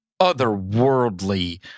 otherworldly